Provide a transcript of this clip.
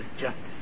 justice